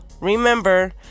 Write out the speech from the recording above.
remember